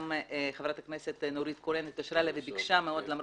גם חברת הכנסת נורית קורן התקשרה אלי וביקשה מאוד רשות דיבור במליאה,